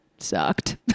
Sucked